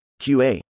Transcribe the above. QA